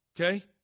Okay